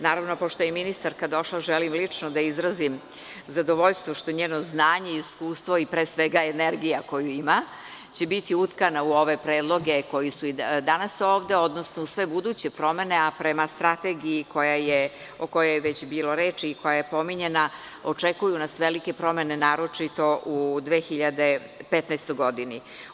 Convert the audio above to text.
Naravno, pošto je i ministarka došla, želim lično da izrazim zadovoljstvo što njeno znanje i iskustvo i pre svega energija koju ima će biti utkana u ove predloge koji su i danas ovde, odnosno i sve buduće promene, a prema strategiji o kojoj je već bilo reči i koja je pominjana, očekuju nasvelike promene, naročito u 2015. godini.